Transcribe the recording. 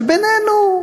ש-בינינו,